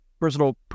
personal